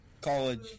College